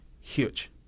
huge